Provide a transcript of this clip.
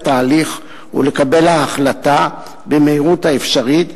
ההליך ולקבל ההחלטה במהירות האפשרית,